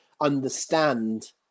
understand